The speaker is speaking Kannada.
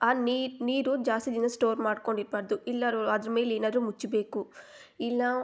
ಆ ನೀರು ನೀರು ಜಾಸ್ತಿ ದಿನ ಸ್ಟೋರ್ ಮಾಡ್ಕೊಂಡಿರಬಾರ್ದು ಇಲ್ಲರು ಅದ್ರ ಮೇಲೆ ಏನಾದರು ಮುಚ್ಚಬೇಕು ಇಲ್ಲ